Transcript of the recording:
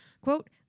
quote